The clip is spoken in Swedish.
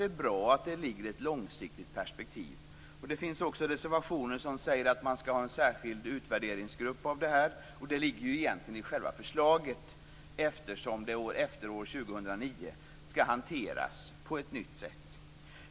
Det är bra att det ligger i ett långsiktigt perspektiv. Det finns också reservationer som säger att man skall ha en särskild utvärderingsgrupp här. Det ligger ju egentligen i själva förslaget, eftersom det efter år 2009 skall hanteras på ett nytt sätt.